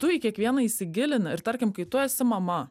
tu į kiekvieną įsigilini ir tarkim kai tu esi mama